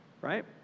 right